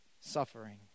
suffering